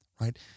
right